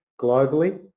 globally